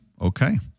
okay